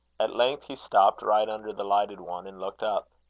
at length he stopped right under the lighted one, and looked up.